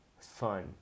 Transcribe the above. fun